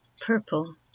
Purple